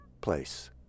place